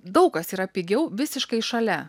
daug kas yra pigiau visiškai šalia